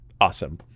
awesome